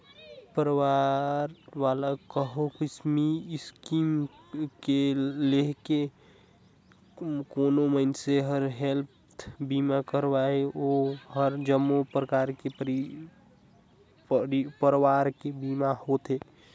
परवार वाला कहो स्कीम लेके कोनो मइनसे हर हेल्थ बीमा करवाथें ओ हर जम्मो परवार के बीमा होथे